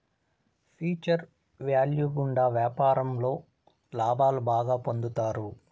future value గుండా వ్యాపారంలో లాభాలు బాగా పొందుతారు